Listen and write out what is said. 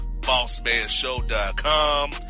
BossmanShow.com